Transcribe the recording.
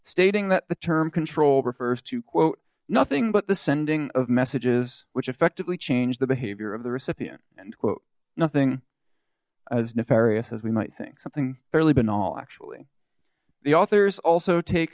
stating that the term control refers to quote nothing but the sending of messages which effectively change the behavior of the recipient and quote nothing as nefarious as we might think something fairly banal actually the author's also take